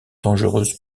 dangereuses